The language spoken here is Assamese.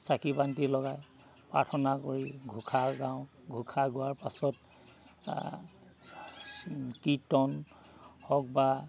চাকি বান্তি লগাই প্ৰাৰ্থনা কৰি ঘোষা গাওঁ ঘোষা গোৱাৰ পাছত কীৰ্তন হওক বা